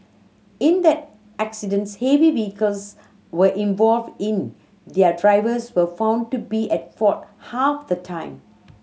in the accidents heavy vehicles were involved in their drivers were found to be at fault half the time